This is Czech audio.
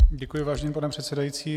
Děkuji, vážený pane předsedající.